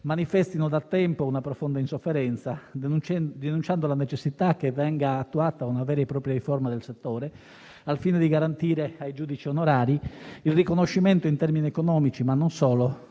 manifestino da tempo una profonda insofferenza, denunciando la necessità che venga attuata una vera e propria riforma del settore, al fine di garantire ai giudici onorari il riconoscimento in termini economici, ma non solo,